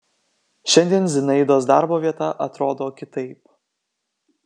šiandien zinaidos darbo vieta atrodo kitaip